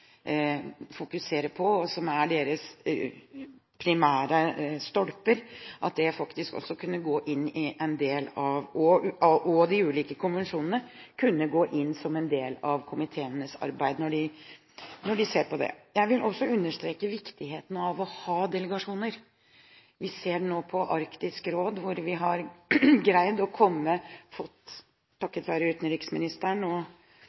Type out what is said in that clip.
fokuserer på, og som er deres primære stolper – at det og de ulike konvensjonene kunne gå inn som en del av komiteenes arbeid, når de ser på det. Jeg vil også understreke viktigheten av å ha delegasjoner. Vi ser nå i Arktisk råd at man, takket være utenriksministeren og andre, har greid å